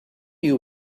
you